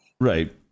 Right